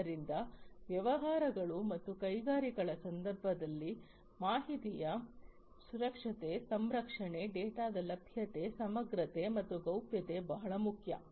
ಆದ್ದರಿಂದ ವ್ಯವಹಾರಗಳು ಮತ್ತು ಕೈಗಾರಿಕೆಗಳ ಸಂದರ್ಭದಲ್ಲಿ ಮಾಹಿತಿಯ ಸುರಕ್ಷತೆ ಸಂರಕ್ಷಣೆ ಡೇಟಾದ ಲಭ್ಯತೆ ಸಮಗ್ರತೆ ಮತ್ತು ಗೌಪ್ಯತೆ ಬಹಳ ಮುಖ್ಯ